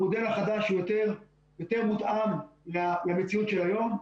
המודל החדש הוא יותר מותאם למציאות של היום.